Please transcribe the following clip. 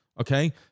Okay